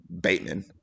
Bateman